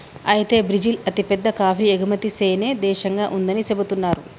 అయితే బ్రిజిల్ అతిపెద్ద కాఫీ ఎగుమతి సేనే దేశంగా ఉందని సెబుతున్నారు